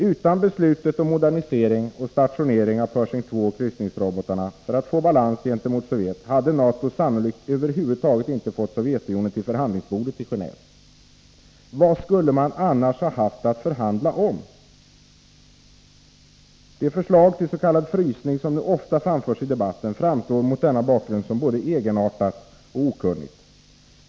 Utan beslutet om modernisering och stationering av Pershing II och kryssningsrobotarna för att få balans gentemot Sovjet hade NATO sannolikt inte fått Sovjetunionen till förhandlingsbordet i Genåve. Vad skulle man annars ha haft att förhandla om? Det förslag till ”frysning” som nu ofta framförs i debatten framstår mot denna bakgrund som både egenartat och okunnigt.